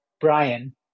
Brian